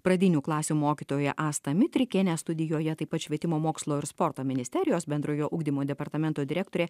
pradinių klasių mokytoją astą mitrikienę studijoje taip pat švietimo mokslo ir sporto ministerijos bendrojo ugdymo departamento direktorė